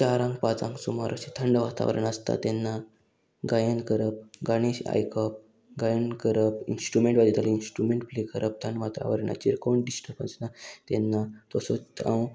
चारांक पांचांक सुमार अशें थंड वातावरण आसता तेन्ना गायन करप गाणेश आयकप गायन करप इंस्ट्रुमेंट वाजयताली इंस्ट्रुमेंट प्ले करप थंड वातावरणाचेर कोण डिस्टर्ब आसना तेन्ना तसोच हांव